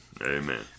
Amen